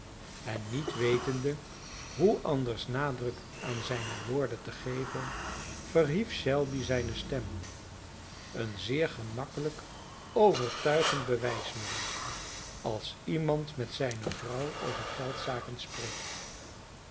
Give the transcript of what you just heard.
en niet wetende hoe anders nadruk aan zijne woorden te geven verhief shelby zijne stem een zeer gemakkelijk overtuigend bewijsmiddel als iemand met zijne vrouw over geldzaken spreekt